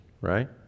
right